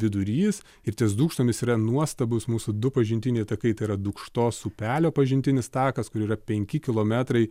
vidurys ir ties dūkštomis yra nuostabūs mūsų du pažintiniai takai tai yra dūkštos upelio pažintinis takas kur yra penki kilometrai